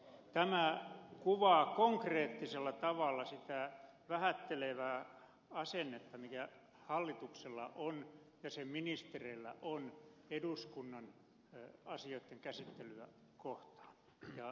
tämä kuvaa konkreettisella tavalla sitä vähättelevää asennetta mikä hallituksella ja sen ministereillä on eduskunnan asioitten käsittelyä kohtaan